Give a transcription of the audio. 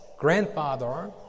grandfather